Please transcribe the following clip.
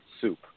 soup